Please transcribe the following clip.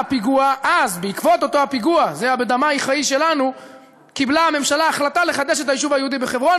אז אנחנו ניסינו באמצעות תוכנית הצפון לחזק את שירותי הרפואה בגליל,